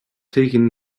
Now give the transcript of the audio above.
taken